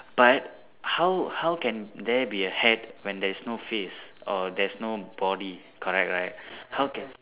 but how how can there be a hat when there is no face or there's no body correct right how can